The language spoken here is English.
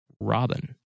robin